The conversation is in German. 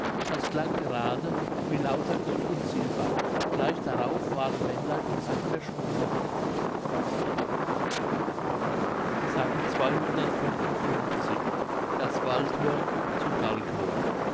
das klang gerade wie lauter gold und silber gleich darauf waren männlein und sack verschwunden das waldhorn zu gahlkow